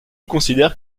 considèrent